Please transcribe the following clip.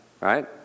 right